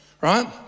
right